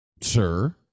Sir